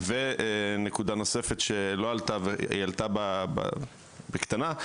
ונקודה נוספת שעלתה בקטנה.